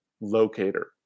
locator